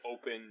open